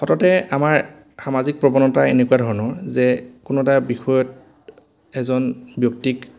সততে আমাৰ সামাজিক প্ৰৱণতা এনেকুৱা ধৰণৰ যে কোনো এটা বিষয়ত এজন ব্যক্তিক